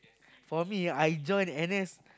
for me I join N_S